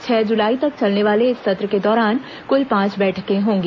छह जुलाई तक चलने वाले इस सत्र के दौरान कुल पांच बैठकें होंगी